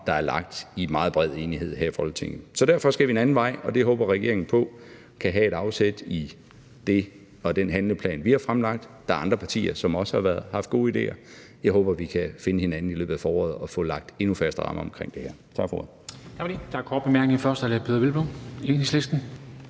der er lagt i meget bred enighed her i Folketinget. Derfor skal vi en anden vej, og det håber regeringen på kan have et afsæt i den handleplan, vi har fremlagt. Der er andre partier, der også har haft gode idéer. Jeg håber, at vi kan finde hinanden i løbet af foråret og få lagt endnu fastere rammer omkring det her.